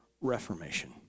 reformation